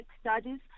studies